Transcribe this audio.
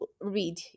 read